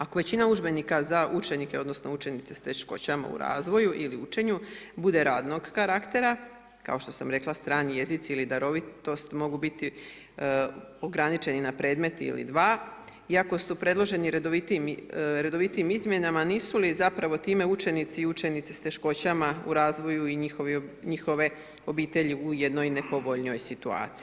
Ako većina udžbenika za učenike, odnosno učenice s teškoćama u razvoju ili učenju bude radnog karaktera, kao što sam rekla strani jezici ili darovitost mogu biti ograničeni na predmet ili dva, iako su predloženi redovitijim izmjenama, nisu li zapravo time učenici i učenice s teškoćama u razvoju i njihove obitelji u jednoj nepovoljnijoj situaciji.